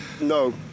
No